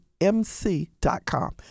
mc.com